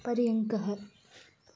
पर्यङ्कः